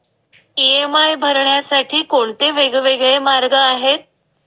EMI भरण्यासाठी कोणते वेगवेगळे मार्ग आहेत?